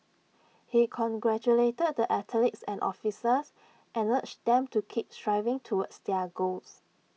he congratulated the athletes and officials and urged them to keep striving towards their goals